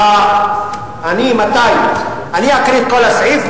אני אקריא את כל הסעיף,